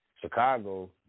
Chicago